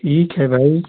ठीक है भाई